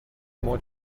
more